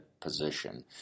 position